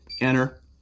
enter